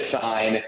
sign